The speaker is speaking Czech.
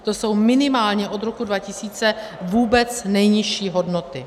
To jsou minimálně od roku 2000 vůbec nejnižší hodnoty.